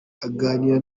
aganira